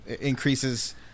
increases